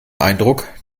eindruck